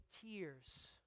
tears